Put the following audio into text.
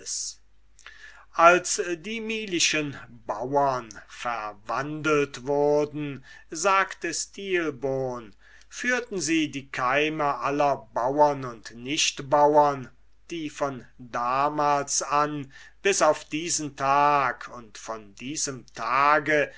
als die milischen bauren verwandelt wurden sagte stilbon führten sie die keime aller bauren und nichtbauren die von damals an bis auf diesen tag und von diesem tage